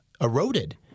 eroded